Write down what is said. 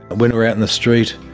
when we're out in the street,